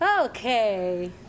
Okay